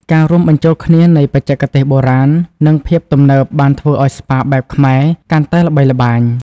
ការរួមបញ្ចូលគ្នានៃបច្ចេកទេសបុរាណ និងភាពទំនើបបានធ្វើឱ្យស្ប៉ាបែបខ្មែរកាន់តែល្បីល្បាញ។